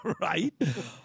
Right